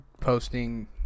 posting